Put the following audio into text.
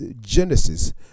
Genesis